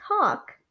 talk